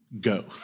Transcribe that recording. go